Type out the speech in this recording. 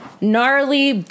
gnarly